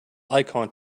icon